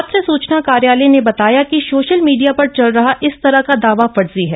पत्र सूचन कार्यालय ने बताय है कि सोशल मीडिय पर चल रह इस तरह क दाव फर्जी है